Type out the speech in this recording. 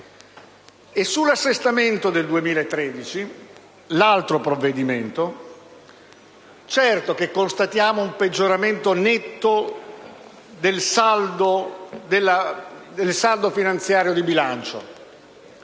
Sull'assestamento per il 2013, l'altro provvedimento, certo, constatiamo un peggioramento netto del saldo finanziario di bilancio.